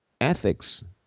ethics